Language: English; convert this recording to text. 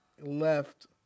left